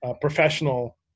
professional